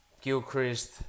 Gilchrist